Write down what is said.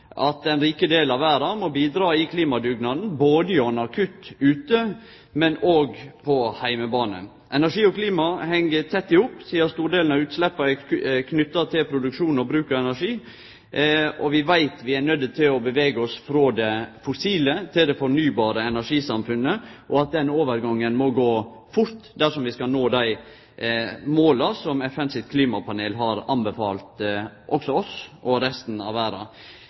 at den rike delen av verda må bidra i klimadugnaden gjennom kutt både ute og på heimebane. Energi og klima heng tett i hop, sidan stordelen av utsleppa er knytte til produksjon og bruk av energi. Vi veit at vi er nøydde til å gå frå det fossile til det fornybare energisamfunnet, og at den overgangen må gå fort dersom vi skal nå dei måla som FNs klimapanel har anbefalt oss og resten av verda.